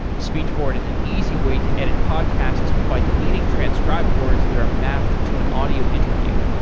speechboard is an easy way to edit podcasts by deleting transcribed words that are mapped to an audio interview.